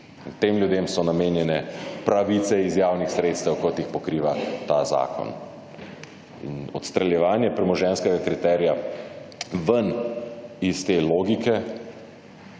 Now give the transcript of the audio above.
Tem ljudem so namenjene pravice iz javnih sredstev kot jih pokriva ta zakon. In odstreljevanje premoženjskega kriterija ven iz te logike